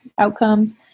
outcomes